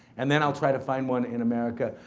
and then i'll try to find one in america.